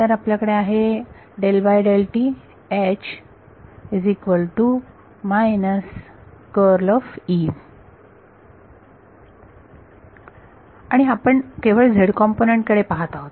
तर आपल्याकडे आहे आणि आपण केवळ z कॉम्पोनन्ट कडे पाहत आहोत